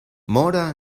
mora